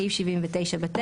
סעיף 79 בטל.